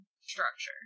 structure